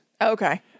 Okay